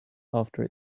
after